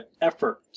effort